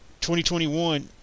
2021